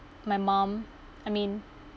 my mum I mean